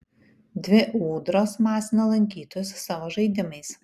dvi ūdros masina lankytojus savo žaidimais